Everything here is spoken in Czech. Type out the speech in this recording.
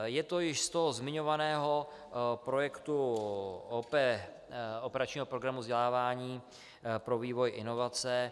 Je to již z toho zmiňovaného projektu operačního programu vzdělávání pro vývoj, inovace.